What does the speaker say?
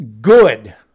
good